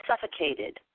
suffocated